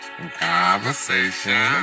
Conversation